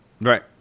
Right